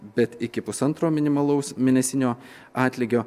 bet iki pusantro minimalaus mėnesinio atlygio